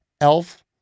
Elf